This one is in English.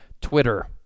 Twitter